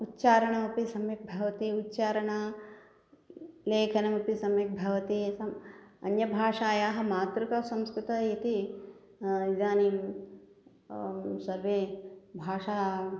उच्चारणमपि सम्यग्भवति उच्चारणं लेखनमपि सम्यग्भवति सं अन्यभाषायाः मातृका संस्कृतम् इति इदानीं सर्वे भाषा